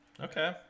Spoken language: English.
Okay